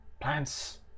Plants